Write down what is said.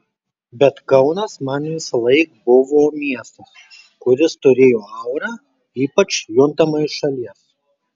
bet kaunas man visąlaik buvo miestas kuris turėjo aurą ypač juntamą iš šalies